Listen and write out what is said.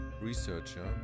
researcher